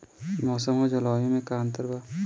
मौसम और जलवायु में का अंतर बा?